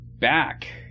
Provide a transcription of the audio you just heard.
back